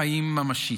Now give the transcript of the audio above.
הרכבי (יש עתיד): 15 מירב כהן (יש עתיד):